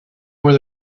were